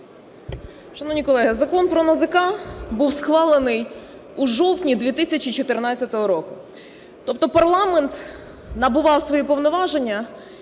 Шановні колеги, Закон про НАЗК був схвалений у жовтні 2014 року. Тобто парламент набував свої повноваження